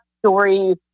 story